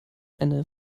eine